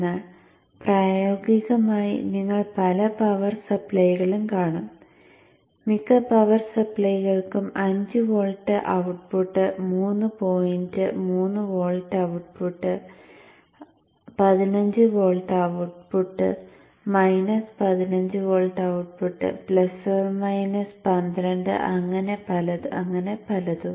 എന്നാൽ പ്രായോഗികമായി നിങ്ങൾ പല പവർ സപ്ലൈകളും കാണും മിക്ക പവർ സപ്ലൈകൾക്കും 5 volt output 3 point 3 volt output 15 volt output 15 volt output 12 അങ്ങനെ അങ്ങനെ പലതും